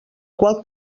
qual